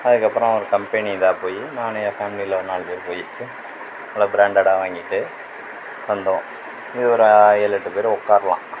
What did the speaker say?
அதுக்கப்புறம் ஒரு கம்பெனி இதாக போய் நான் என் ஃபேமிலி ஒரு நாலு பேர் போய்விட்டு நல்ல ப்ராண்டடாக வாங்கிவிட்டு வந்தோம் இது ஒரு ஏழு எட்டு பேர் உக்கார்லாம்